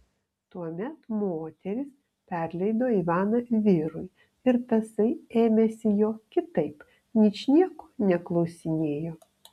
tuomet moteris perleido ivaną vyrui ir tasai ėmėsi jo kitaip ničnieko neklausinėjo